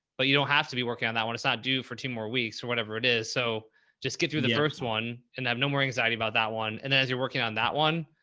but you don't have to be working on that one. it's not due for two more weeks or whatever it is. so just get through the first one and i have no more anxiety about that one. and then as you're working on that one,